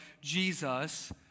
Jesus